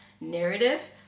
narrative